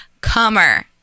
comer